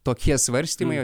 tokie svarstymai